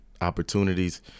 opportunities